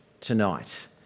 tonight